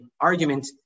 argument